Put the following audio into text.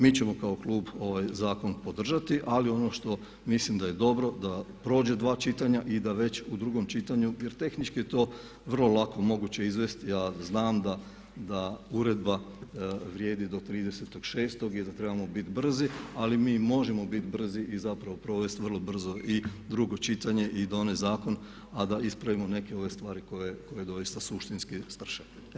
Mi ćemo kao klub ovaj zakon podržati, ali ono što mislim da je dobro da prođe 2 čitanja i da već u drugom čitanju, jer tehnički je to vrlo lako moguće izvesti, a znam da uredba vrijedi do 30.6. i da trebamo biti brzi, ali mi možemo biti brzi i zapravo provesti vrlo brzo i drugo čitanje i donest zakon, a da ispravimo neke ove stvari koje doista suštinski strše.